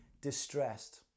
distressed